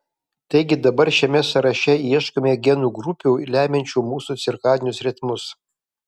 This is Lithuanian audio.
taigi dabar šiame sąraše ieškome genų grupių lemiančių mūsų cirkadinius ritmus